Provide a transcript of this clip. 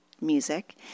music